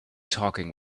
talking